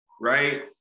right